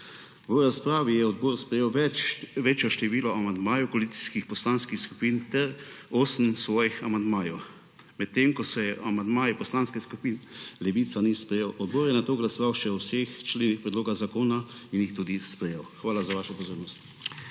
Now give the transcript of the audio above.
V razpravi je odbor sprejel večje število amandmajev koalicijskih poslanskih skupin ter osem svojih amandmajev, medtem ko amandmaja Poslanske skupine Levica ni sprejel. Odbor je nato glasoval še o vseh členih predlog zakona in jih tudi sprejel. Hvala za vašo pozornost.